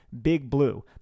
BIGBLUE